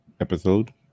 episode